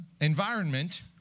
environment